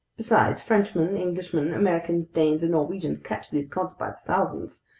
besides, frenchmen, englishmen, americans, danes, and norwegians catch these cod by thousands.